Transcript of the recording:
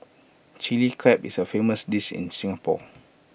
Chilli Crab is A famous dish in Singapore